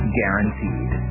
guaranteed